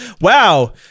wow